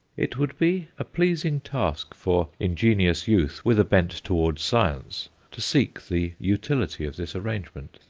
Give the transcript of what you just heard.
it would be a pleasing task for ingenious youth with a bent towards science to seek the utility of this arrangement.